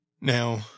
Now